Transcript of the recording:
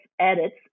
edits